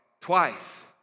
twice